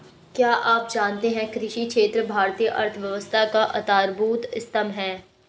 क्या आप जानते है कृषि क्षेत्र भारतीय अर्थव्यवस्था का आधारभूत स्तंभ है?